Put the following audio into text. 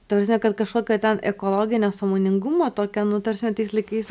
ta prasme kad kažkokio ten ekologinio sąmoningumo tokio nu ta prasme tais laikais